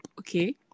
okay